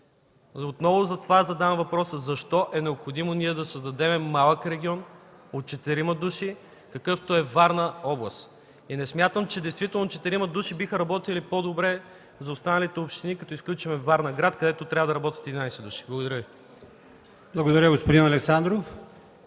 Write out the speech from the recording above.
отново задавам въпроса: защо е необходимо ние да създадем малък регион от четирима души, какъвто е Варна област? Не смятам, че четирима души биха работили по-добре за останалите общини, като изключим Варна град, където трябва да работят 11 души. Благодаря Ви. ПРЕДСЕДАТЕЛ АЛИОСМАН